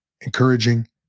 Encouraging